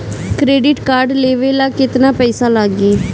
Credit card लेवे ला केतना पइसा लागी?